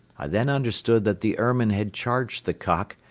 i then understood that the ermine had charged the cock,